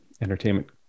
entertainment